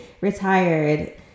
retired